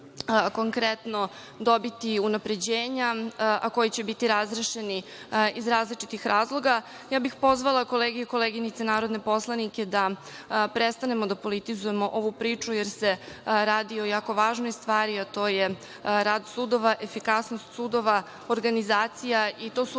konkretno dobiti unapređenja, a koji će biti razrešeni iz različitih razloga, pozvala bih kolege i koleginice narodne poslanike da prestanemo da politizujemo ovu priču, jer se radi o jako važnoj stvari, a to je rad sudova, efikasnost sudova, organizacija i to su